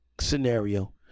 scenario